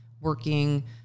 working